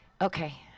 Okay